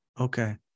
okay